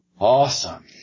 awesome